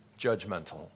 judgmental